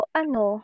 ano